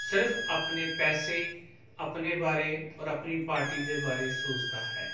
ਸਿਰਫ ਆਪਣੇ ਪੈਸੇ ਆਪਣੇ ਬਾਰੇ ਔਰ ਆਪਣੀ ਪਾਰਟੀ ਦੇ ਬਾਰੇ ਸੋਚਦਾ ਹੈ